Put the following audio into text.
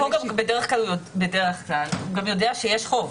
בדרך כלל הוא גם יודע שיש חוב.